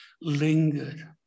lingered